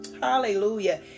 hallelujah